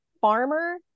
farmer